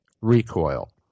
recoil